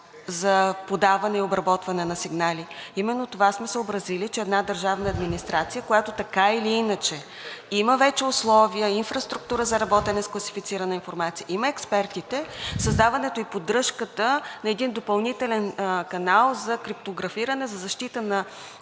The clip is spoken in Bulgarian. за подаване и обработване на сигнали. Именно това сме съобразили, че една държавна администрация, която така или иначе има вече условия, инфраструктура за работа с класифицирана информация, има експертите, създаването и поддръжката на един допълнителен канал за криптографиране, за защита на